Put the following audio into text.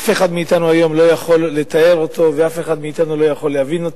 אף אחד מאתנו היום לא יכול לתאר ואף אחד מאתנו לא יכול להבין.